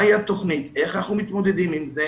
מהי התוכנית, איך אנחנו מתמודדים עם זה.